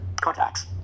Contacts